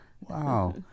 Wow